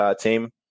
team